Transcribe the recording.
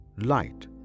light